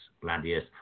gladius